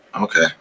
Okay